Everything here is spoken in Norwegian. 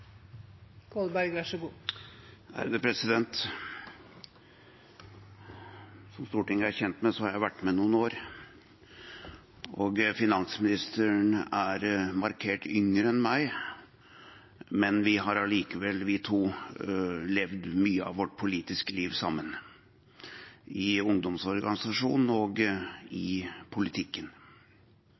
kjent med, har jeg vært med noen år. Finansministeren er markert yngre enn meg, men vi to har allikevel levd mye av vårt politiske liv sammen, i ungdomsorganisasjoner og i politikken.